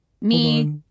me-